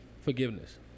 forgiveness